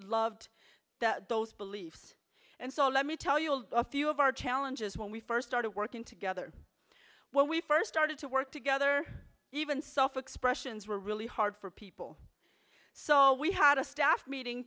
loved that those beliefs and so let me tell you a few of our challenges when we first started working together when we first started to work together even suffer expressions were really hard for people so we had a staff meeting